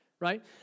Right